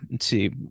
see